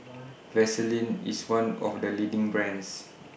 Vaselin IS one of The leading brands